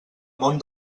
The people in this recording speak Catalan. món